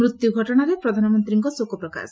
ମୃତ୍ୟୁ ଘଟଣାରେ ପ୍ରଧାନମନ୍ତ୍ରୀଙ୍କ ଶୋକପ୍ରକାଶ